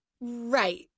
right